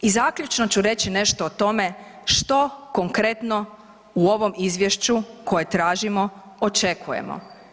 I zaključno ću reći nešto o tome što konkretno u ovom izvješću koje tražimo očekujemo.